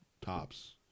tops